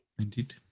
Indeed